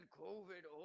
covid